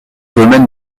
dolmen